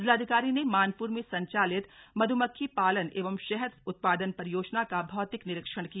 जिलाधिकारी ने मानप्र में संचालित मध्मक्खी पालन एवं शहद उत्पादन परियोजना का भौतिक निरीक्षण किया